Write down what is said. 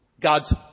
God's